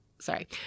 Sorry